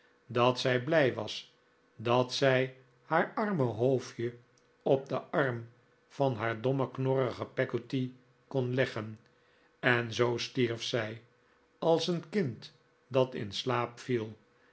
dat zij blij was dat zij haar arme hoofdje op den arm van haar domme knorrige peggotty kon leggen en zoo stierf zij als een kind dat in slaap viel